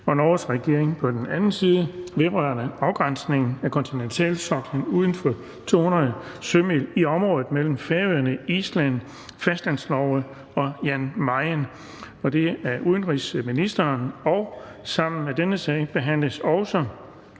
og Norges regering på den anden side vedrørende afgrænsningen af kontinentalsoklen uden for 200 sømil i området mellem Færøerne, Island, Fastlandsnorge og Jan Mayen. Af udenrigsministeren (Jeppe Kofod). (Fremsættelse